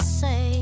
say